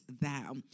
thou